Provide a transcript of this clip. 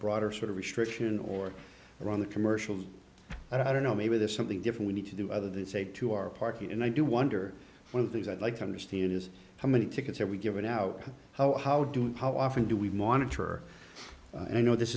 broader sort of restriction or run the commercial and i don't know maybe there's something different we need to do other than say to our park and i do wonder if one of these i'd like to understand is how many tickets are we given out how how do how often do we monitor i know this